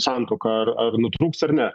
santuoka ar nutrūks ar ne